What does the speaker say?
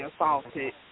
assaulted